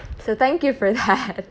so thank you for that